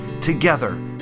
together